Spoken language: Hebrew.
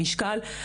משקל,